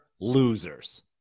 losers